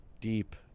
deep